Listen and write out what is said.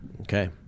Okay